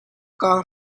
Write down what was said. kaa